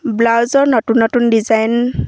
ব্লাউজৰ নতুন নতুন ডিজাইন